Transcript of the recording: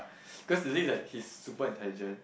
because to think that he's super intelligent